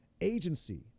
agency